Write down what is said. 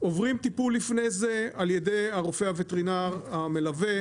עוברים טיפול לפני זה על ידי הרופא הווטרינר המלווה,